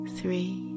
three